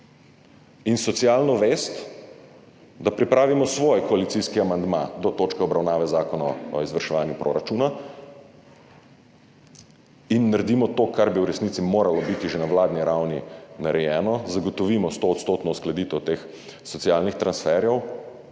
in socialno vest, da pripravimo svoj koalicijski amandma do točke obravnave Zakona o izvrševanju proračuna in naredimo to, kar bi v resnici moralo biti že na vladni ravni narejeno, da zagotovimo stoodstotno uskladitev teh socialnih transferjev